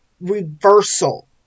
reversal